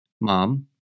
Mom